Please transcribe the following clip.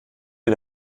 ihr